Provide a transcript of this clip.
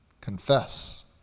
confess